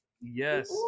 Yes